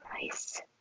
Nice